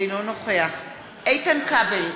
אינו נוכח איתן כבל,